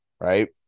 right